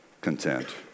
content